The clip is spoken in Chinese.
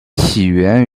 起源